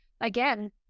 again